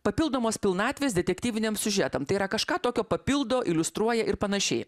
papildomos pilnatvės detektyviniam siužetam tai yra kažką tokio papildo iliustruoja ir panašiai